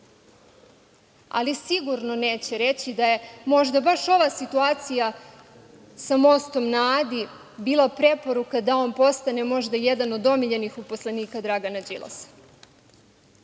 Ali, sigurno neće reći da je možda baš ova situacija sa Mostom na Adi bila preporuka da on postane možda jedan od omiljenih uposlenika Dragana